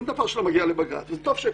אין דבר שלא מגיע לבג"ץ, וטוב שכך.